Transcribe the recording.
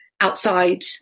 outside